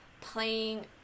playing